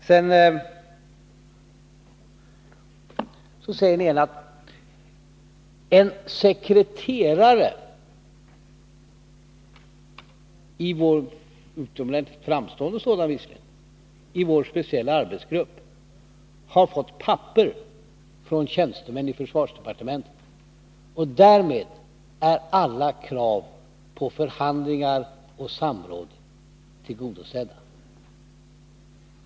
Sedan säger ni att en sekreterare, en framstående sådan visserligen, i vår speciella arbetsgrupp har fått papper från tjänstemän i försvarsdepartementet och därmed är alla krav på förhandlingar och samråd tillgodosedda.